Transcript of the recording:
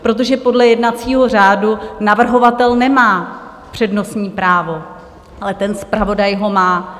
Protože podle jednacího řádu navrhovatel nemá přednostní právo, ale ten zpravodaj ho má.